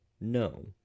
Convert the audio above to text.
no